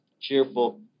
cheerful